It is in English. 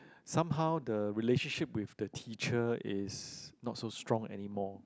somehow the relationship with the teacher is not so strong anymore